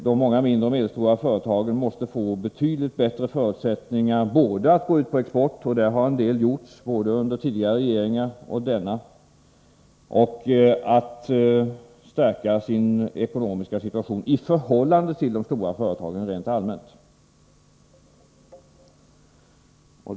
De många mindre och medelstora företagen måste få betydligt bättre förutsättningar både för att gå ut på export — det har gjorts en hel del både av tidigare regeringar och av denna — och för att stärka sin ekonomiska situation i förhållande till de stora företagen rent allmänt.